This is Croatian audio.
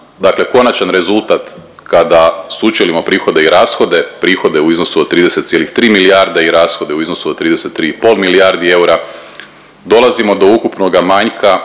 konačna rezultat kada sučelimo prihode i rashode, prihode u iznosu od 30,3 milijarde i rashode u iznosu od 33,5 milijardi eura dolazimo do ukupnoga manjka